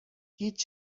هیچ